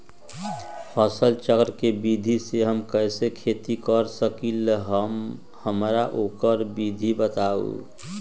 फसल चक्र के विधि से हम कैसे खेती कर सकलि ह हमरा ओकर विधि बताउ?